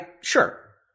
Sure